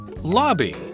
Lobby